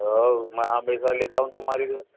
हाऊ मैं हमेशा लेता हूँ तुम्हारी